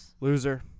Loser